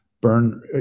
burn